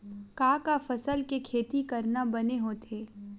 का का फसल के खेती करना बने होथे?